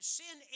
sin